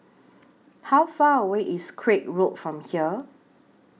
How Far away IS Craig Road from here